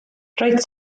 roedd